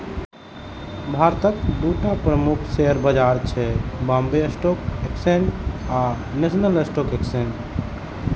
भारतक दूटा प्रमुख शेयर बाजार छै, बांबे स्टॉक एक्सचेंज आ नेशनल स्टॉक एक्सचेंज